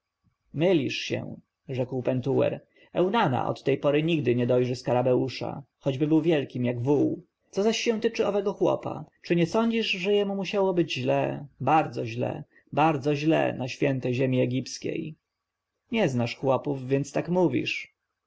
mylisz się rzekł pentuer eunana od tej pory nigdy nie dojrzy skarabeusza choćby był wielkim jak wół co się zaś tycze owego chłopa czy nie sądzisz że jemu jednak musiało być źle bardzo źle bardzo źle na świętej ziemi egipskiej nie znasz chłopów więc tak mówisz